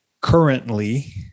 currently